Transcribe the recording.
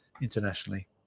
internationally